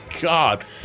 god